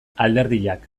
alderdiak